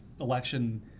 election